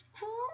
cool